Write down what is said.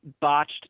botched